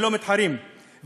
ללא מתחרים,